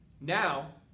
now